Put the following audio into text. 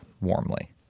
Warmly